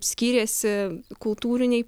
skyrėsi kultūriniai